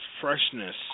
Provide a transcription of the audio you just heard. freshness